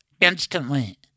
instantly